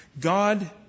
God